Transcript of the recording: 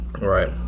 right